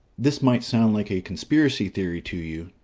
this might sound like a conspiracy theory to you,